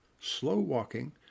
slow-walking